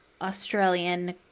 Australian